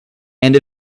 and